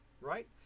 right